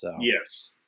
Yes